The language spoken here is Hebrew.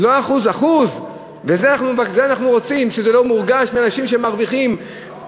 זה 1%. זה לא 1% 1%. וזה לא מורגש אצל אנשים שמרוויחים פי-מאה,